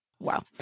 Wow